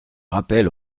rappel